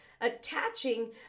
attaching